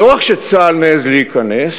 ולא רק שצה"ל מעז להיכנס,